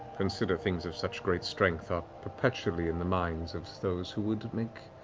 consider things of such great strength are perpetually in the minds of those who would make